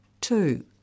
Two